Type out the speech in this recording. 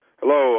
hello